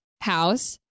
house